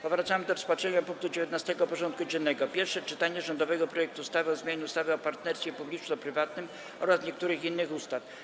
Powracamy do rozpatrzenia punktu 19. porządku dziennego: Pierwsze czytanie rządowego projektu ustawy o zmianie ustawy o partnerstwie publiczno-prywatnym oraz niektórych innych ustaw.